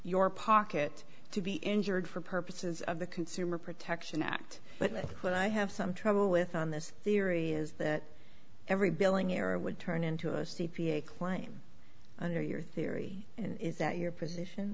your pocket to be injured for purposes of the consumer protection act but what i have some trouble with on this theory is that every billing error would turn into a c p a claim under your theory and is that your position